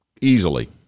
easily